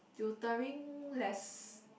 tutoring less